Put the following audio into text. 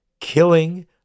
killing